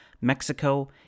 Mexico